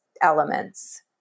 elements